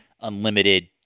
unlimited